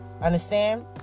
understand